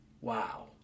Wow